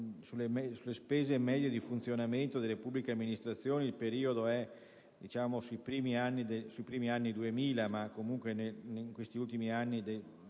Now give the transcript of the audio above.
sulle spese medie di funzionamento delle pubbliche amministrazioni - il periodo è quello dei primi anni del 2000, ma comunque in questi ultimi anni